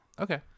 Okay